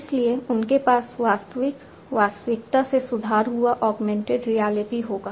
इसलिए उनके पास वास्तविक वास्तविकता से सुधारा हुआ ऑगमेंटेड रियलिटी होगा